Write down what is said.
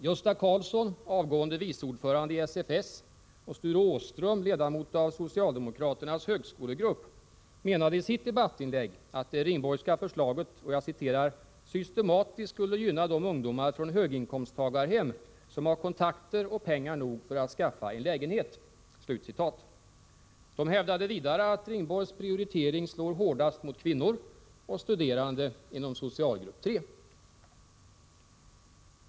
Gösta Karlsson, avgående vice ordförande i SFS, och Sture Åström, ledamot av socialdemokraternas högskolegrupp, menade i sitt debattinlägg att det Ringborgska förslaget ”systematiskt skulle gynna de ungdomar från höginkomsttagarhem som har kontakter och pengar nog för att skaffa en lägenhet”. De hävdade vidare att Ringborgs prioritering slår hårdast mot kvinnor och studerande inom socialgrupp 3.